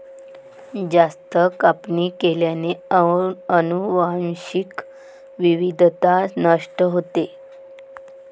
जास्त कापणी केल्याने अनुवांशिक विविधता नष्ट होते